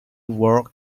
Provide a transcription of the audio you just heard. work